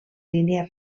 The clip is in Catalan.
línia